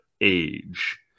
age